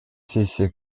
сессия